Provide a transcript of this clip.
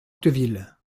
octeville